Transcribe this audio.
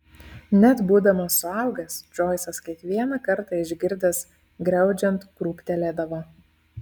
net būdamas suaugęs džoisas kiekvieną kartą išgirdęs griaudžiant krūptelėdavo